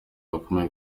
bakomeye